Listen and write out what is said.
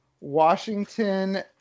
Washington-